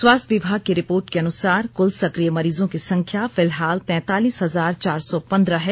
स्वास्थ्य विभाग के रिपोर्ट के अनुसार कुल सकिय मरीजों की संख्या फिलहाल तैतालीस हजार चार सौ पंद्रह है